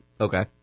Okay